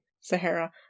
Sahara